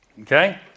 Okay